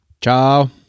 Ciao